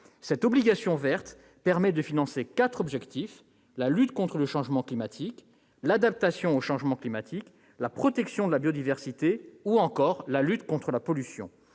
du Trésor verte permet de financer quatre objectifs : la lutte contre le changement climatique, l'adaptation au changement climatique, la protection de la biodiversité ou encore la lutte contre la pollution.